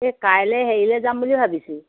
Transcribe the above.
এই কাইলে হেৰিলে যাম বুলি ভাবিছোঁ